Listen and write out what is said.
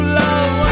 love